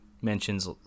mentions